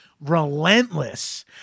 relentless